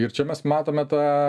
ir čia mes matome tą